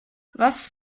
was